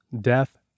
death